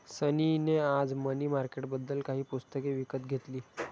सनी ने आज मनी मार्केटबद्दल काही पुस्तके विकत घेतली